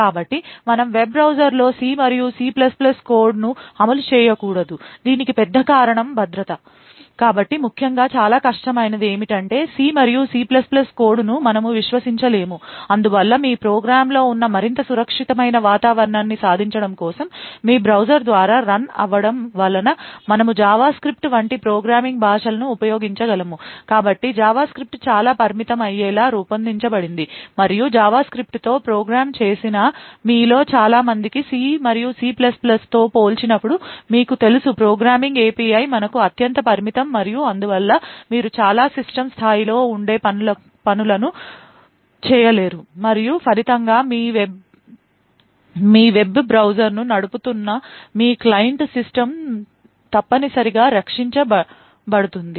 కాబట్టి మనము వెబ్ బ్రౌజర్లో సి మరియు సి కోడ్ను అమలు చేయకూడదు దీనికి పెద్ద కారణం భద్రత కాబట్టి ముఖ్యంగా చాలా కష్టమైనది ఏమిటి అంటే సి మరియు సి కోడ్ను మనము విశ్వసించ లేము అందువల్ల మీరు ప్రోగ్రామ్లో ఉన్న మరింత సురక్షితమైన వాతావరణాన్ని సాధించడం కోసం మీ బ్రౌజర్ ద్వారా రన్ అవ్వడం వలన మనము జావాస్క్రిప్ట్ వంటి ప్రోగ్రామింగ్ భాషలను ఉపయోగించగలము కాబట్టి జావాస్క్రిప్ట్ చాలా పరిమితం అయ్యేలా రూపొందించబడింది మరియు జావాస్క్రిప్ట్తో ప్రోగ్రామ్ చేసిన మీలో చాలా మందికి సి మరియు సి తో పోల్చినప్పుడు మీకు తెలుసు ప్రోగ్రామింగ్ API మనకు అత్యంత పరిమితం మరియు అందువల్ల మీరు చాలా సిస్టమ్ స్థాయిలో ఉండే పనులను చేయలేరు మరియు ఫలితంగా మీ వెబ్ బ్రౌజర్ను నడుపుతున్న మీ క్లయింట్ సిస్టమ్ తప్పనిసరిగా రక్షించబడుతుంది